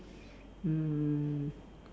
mm